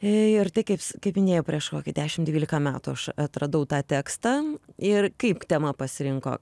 ir tai kaip kaip minėjau prieš kokį dešimt dvylika metų aš atradau tą tekstą ir kaip tema pasirinko